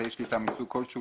אמצעי שליטה מסוג כלשהו,